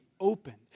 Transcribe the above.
opened